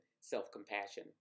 self-compassion